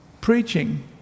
preaching